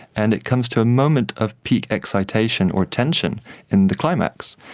and it comes to a moment of peak excitation or tension in the climax.